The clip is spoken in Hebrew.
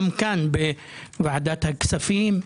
גם כאן בוועדת הכספים.